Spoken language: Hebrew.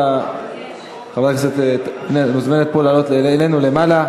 את מוזמנת לעלות אלינו למעלה.